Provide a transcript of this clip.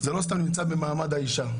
זה לא סתם נמצא במעמד האישה.